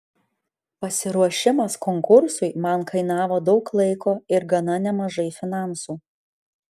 pasiruošimas konkursui man kainavo daug laiko ir gana nemažai finansų